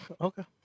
okay